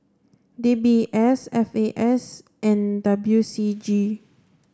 D B S F A S and W C G